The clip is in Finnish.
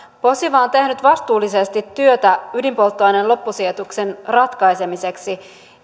posiva on tehnyt vastuullisesti työtä ydinpolttoaineen loppusijoituksen ratkaisemiseksi